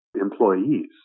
employees